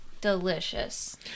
Delicious